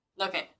Okay